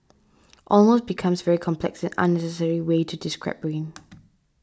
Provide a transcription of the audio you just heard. almost becomes very complex and unnecessary way to describe rain